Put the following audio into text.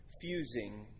fusing